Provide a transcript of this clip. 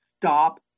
Stop